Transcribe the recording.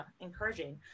encouraging